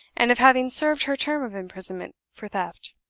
and of having served her term of imprisonment for theft.